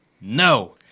No